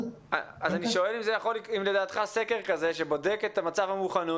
אני שואל אם לדעתך סקר כזה שבודק את מצב המוכנות,